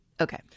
Okay